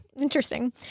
Interesting